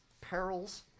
Perils